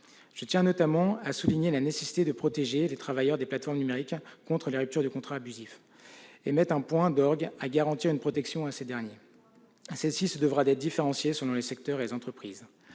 Je tiens notamment à souligner la nécessité de protéger les travailleurs des plateformes numériques contre les ruptures de contrat abusives, et mettre un point d'honneur à garantir une protection à ces derniers. Celle-ci se devra d'être différenciée selon les secteurs et les entreprises.